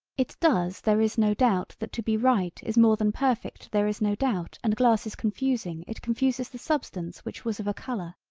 it does there is no doubt that to be right is more than perfect there is no doubt and glass is confusing it confuses the substance which was of a color.